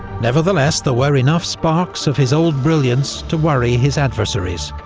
nevertheless, there were enough sparks of his old brilliance to worry his adversaries.